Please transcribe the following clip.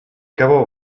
кого